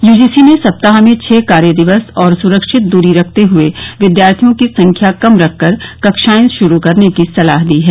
UGC ने सप्ताह में छह कार्य दिवस और सुरक्षित दूरी रखते हुए विद्यार्थियों की संख्या कम रखकर कक्षाएं शुरू करने की सलाह दी है